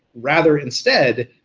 rather, instead,